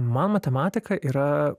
man matematika yra